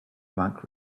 monk